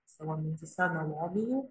savo mintyse analogijų